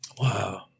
Wow